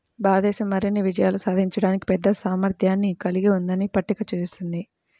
భారతదేశం మరిన్ని విజయాలు సాధించడానికి పెద్ద సామర్థ్యాన్ని కలిగి ఉందని పట్టిక సూచిస్తుంది